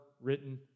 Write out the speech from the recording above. written